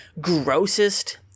grossest